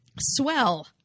swell